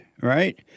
right